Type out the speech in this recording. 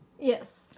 Yes